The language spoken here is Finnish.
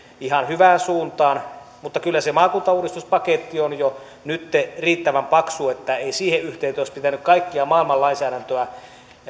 ihan hyvään suuntaan mutta kyllä se maakuntauudistuspaketti on jo nytten riittävän paksu niin että ei siihen yhteyteen olisi pitänyt kaikkea maailman lainsäädäntöä